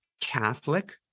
Catholic